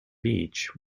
beach